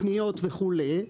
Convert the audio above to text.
הפניות וכולי,